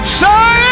say